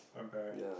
on parents